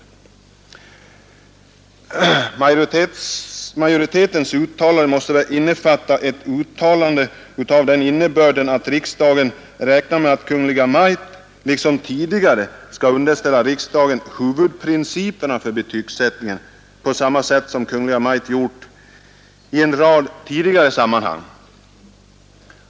Majoritetens uttalande måste väl ha den innebörden att riksdagen räknar med att Kungl. Maj:t skall underställa riksdagen huvudprinciperna för betygsättningen på samma sätt som Kungl. Maj:t gjort i en rad tidigare sammanhang.